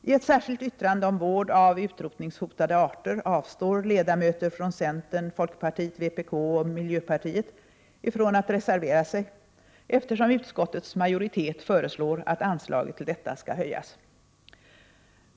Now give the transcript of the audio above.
I ett särskilt yttrande om vård av utrotningshotade arter avstår ledamöter från centern, folkpartiet, vpk och miljöpartiet från att reservera sig, eftersom utskottets majoritet föreslår att anslaget till detta skall höjas.